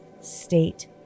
state